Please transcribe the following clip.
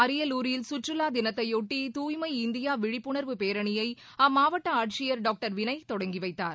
அரியலூரில் கற்றுவா தினத்தையொட்டி தூய்மை இந்தியா விழிப்புணர்வு பேரணியை அம்மாவட்ட ஆட்சியர் டாக்டர் வினய் தொடங்கி வைத்தார்